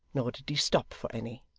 nor did he stop for any.